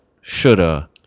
shoulda